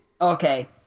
Okay